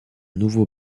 nouveau